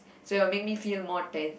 so it will make me feel more tense